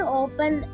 open